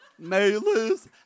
Maylis